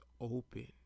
open